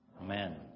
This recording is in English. Amen